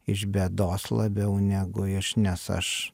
iš bėdos labiau negu iš nes aš